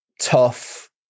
tough